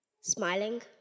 Smiling